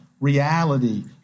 reality